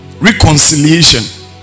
Reconciliation